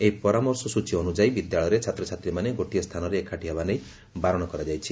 ଏହି ପରାମର୍ଶବଳୀ ଅନୁଯାୟୀ ବିଦ୍ୟାଳୟରେ ଛାତ୍ରଛାତ୍ରୀମାନେ ଗୋଟିଏ ସ୍ଥାନରେ ଏକାଠି ହେବା ନେଇ ବାରଣ କରାଯାଇଛି